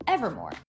Evermore